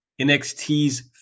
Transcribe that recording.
NXT's